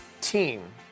team